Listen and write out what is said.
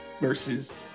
versus